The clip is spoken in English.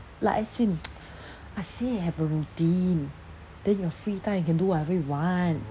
like as in I say have a routine then your free time you can do whatever you want